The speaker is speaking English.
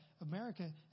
America